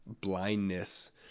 blindness